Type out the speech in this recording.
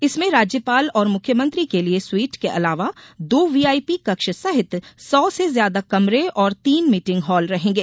इसमे राज्यपाल और मुख्यमंत्री के लिए सुईट के अलावा दो व्हीआईपी कक्ष सहित सौ से ज्यादा कमरे और तीन मीटिंग हॉल रहेंगे